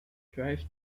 drive